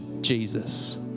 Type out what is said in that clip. Jesus